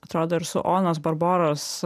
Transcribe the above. atrodo ir su onos barboros